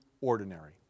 ordinary